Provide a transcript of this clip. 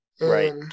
Right